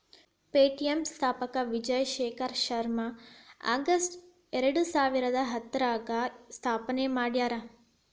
Paytm ಸ್ಥಾಪಕ Vijay Shekhar Sharma August ಎರಡಸಾವಿರದ ಹತ್ತರಾಗ ಸ್ಥಾಪನೆ ಮಾಡ್ಯಾರ